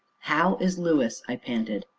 how is lewis? i panted.